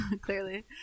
Clearly